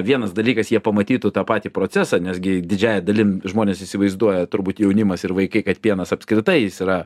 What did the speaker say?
vienas dalykas jie pamatytų tą patį procesą nes gi didžiąja dalim žmonės įsivaizduoja turbūt jaunimas ir vaikai kad pienas apskritai jis yra